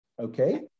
okay